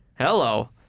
Hello